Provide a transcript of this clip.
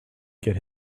get